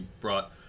brought